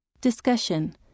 Discussion